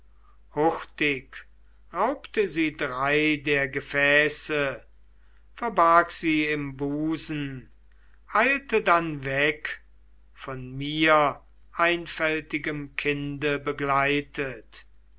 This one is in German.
hurtig raubte sie drei der gefäße verbarg sie im busen eilte dann weg von mir einfältigem kinde begleitet